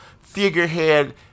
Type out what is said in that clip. figurehead